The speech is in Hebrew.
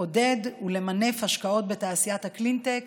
לעודד ולמנף השקעות בתעשיית הקלינטק